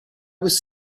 was